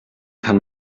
kann